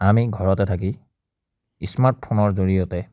আমি ঘৰতে থাকি স্মাৰ্ট ফোনৰ জৰিয়তে